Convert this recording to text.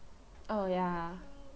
oh ya